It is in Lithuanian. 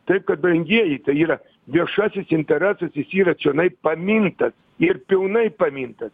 taip kad brangieji yra viešasis interesas jis yra čionai paminta ir pilnai pamintas